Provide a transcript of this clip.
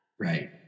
Right